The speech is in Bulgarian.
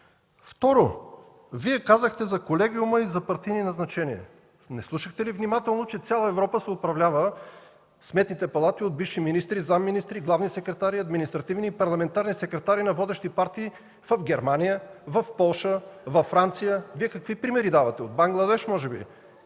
Второ, Вие казахте за Колегиума и за партийни назначения. Не слушахте ли внимателно, че в цяла Европа сметните палати се управляват от бивши министри, заместник-министри, главни секретари, административни и парламентарни секретари на водещи партии в Германия, в Полша, във Франция? Вие какви примери давате? Може би